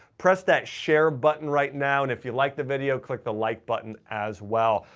press that share button right now and if you like the video, click the like button as well.